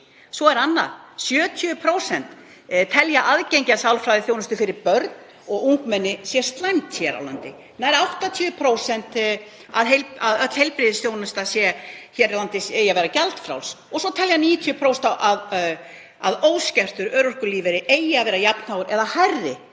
Svo er annað: 70% telja að aðgengi að sálfræðiþjónustu fyrir börn og ungmenni sé slæmt hér á landi. Nær 80% telja að heilbrigðisþjónustan hér á landi eigi að vera gjaldfrjáls og svo telja 90% að óskertur örorkulífeyrir eigi að vera jafn hár eða hærri